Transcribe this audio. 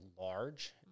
large